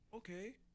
Okay